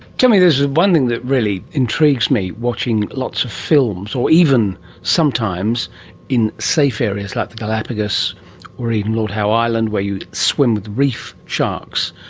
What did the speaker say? tell me, there's one thing that really intrigues me watching lots of films or even sometimes in safe areas like the galapagos or even lord howe island where you swim with reef sharks,